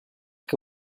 que